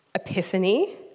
Epiphany